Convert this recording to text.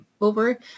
over